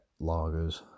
lagers